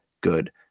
good